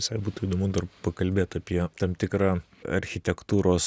visai būtų įdomu dar pakalbėt apie tam tikrą architektūros